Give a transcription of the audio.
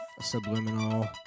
Subliminal